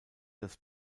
das